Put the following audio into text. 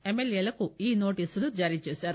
ఎమ్మెల్యేలకు ఈ నోటీసులు జారీచేశారు